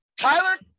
Tyler